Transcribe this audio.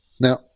Now